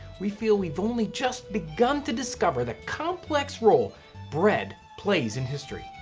we feel we've only just begun to discover the complex role bread plays in history.